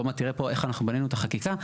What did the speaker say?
עוד תראה פה איך אנחנו בנינו את החקיקה,